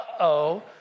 uh-oh